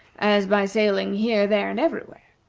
as by sailing here, there, and everywhere.